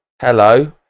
hello